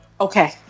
Okay